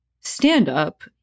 stand-up